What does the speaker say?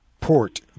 port